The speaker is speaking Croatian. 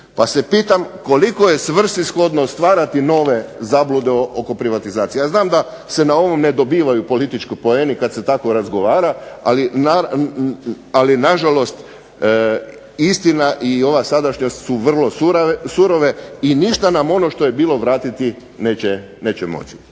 Pa se pitam koliko je svrsishodno stvarati nove zablude oko privatizacije. Ja znam da se na ovo ne dobivaju politički poeni kada se tako razgovara, ali nažalost istina i ova sadašnjost su sada surove i ništa nam ono što je bilo vratiti neće moći.